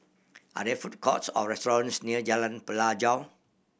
are there food courts or restaurants near Jalan Pelajau